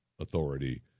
authority